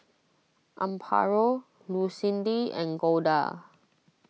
Amparo Lucindy and Golda